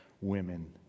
women